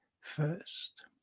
first